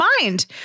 mind